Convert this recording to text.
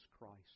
Christ